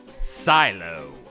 Silo